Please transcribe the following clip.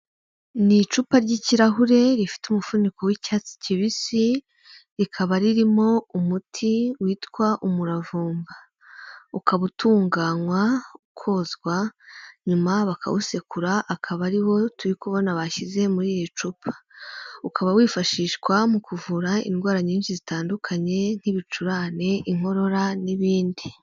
Ni icupa ry'ikirahure rifite umufuniko w'icyatsi kibisi, rikaba ririmo umuti witwa umuravumba, ukaba utunganywa ukozwa nyuma bakawusekura, akaba ari wo turi kubona bashyize muri iri cupa, ukaba wifashishwa mu kuvura indwara nyinshi zitandukanye nk'ibicurane, inkorora n'ibindi.